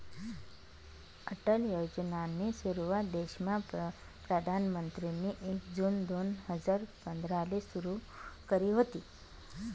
अटल योजनानी सुरुवात देशमा प्रधानमंत्रीनी एक जून दोन हजार पंधराले सुरु करी व्हती